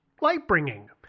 light-bringing